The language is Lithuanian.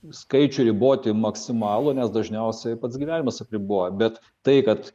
skaičių riboti maksimalų nes dažniausiai pats gyvenimas apriboja bet tai kad